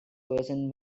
person